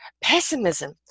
pessimism